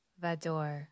Vador